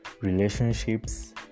relationships